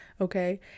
Okay